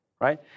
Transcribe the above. right